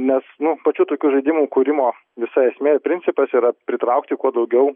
nes nu pačių tokių žaidimų kūrimo visa esmė principas yra pritraukti kuo daugiau